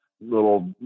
little